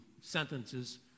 sentences